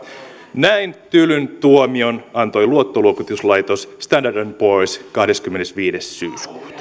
näin tylyn tuomion antoi luottoluokituslaitos standard poors kahdeskymmenesviides syyskuuta